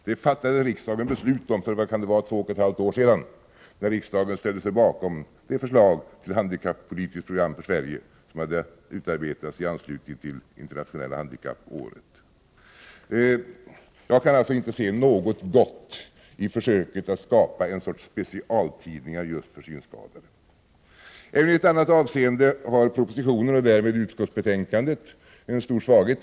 Det fattade vi beslut om för ungefär två och ett halvt år sedan, då riksdagen ställde sig bakom de förslag för handikappolitiskt program i Sverige som hade utarbetats i anslutning till det internationella handikappåret. Jag kan alltså inte se någonting gott i försöket att skapa en sorts specialtidning för just synskadade. I ett annat avseende har propositionen och därmed utskottsbetänkandet en stor svaghet.